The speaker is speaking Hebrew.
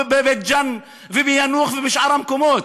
בבית-ג'ן וביאנוח ובשאר המקומות.